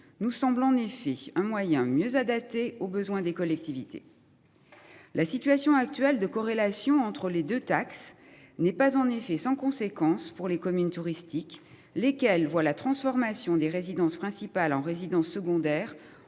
nous semble en effet un moyen mieux adaptés aux besoins des collectivités. La situation actuelle de corrélation entre les 2 taxes n'est pas en effet sans conséquence pour les communes touristiques, lesquels voit la transformation des résidences principales en résidence secondaire